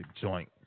joint